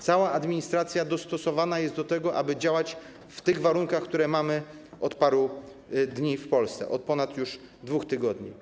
Cała administracja dostosowana jest do tego, aby działać w tych warunkach, które mamy od paru dni w Polsce, już od ponad 2 tygodni.